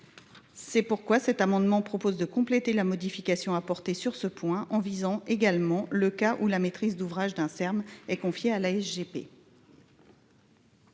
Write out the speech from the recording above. C'est pourquoi cet amendement propose de compléter la modification apportée sur ce point, en visant également le cas où la maîtrise d'ouvrage d'un serme est confiée à la S.